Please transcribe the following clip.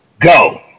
go